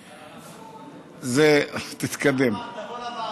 זה, נחמן, תבוא לוועדה.